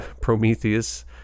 Prometheus